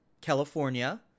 California